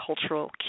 cultural